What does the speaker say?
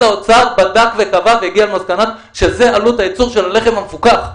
האוצר בדק וקבע והגיע למסקנה שזאת עלות הייצור של הלחם המפוקח.